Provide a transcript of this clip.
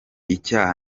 icyaha